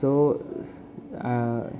so आ